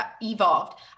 evolved